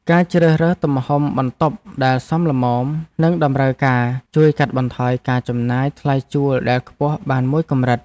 ការជ្រើសរើសទំហំបន្ទប់ដែលសមល្មមនឹងតម្រូវការជួយកាត់បន្ថយការចំណាយថ្លៃជួលដែលខ្ពស់បានមួយកម្រិត។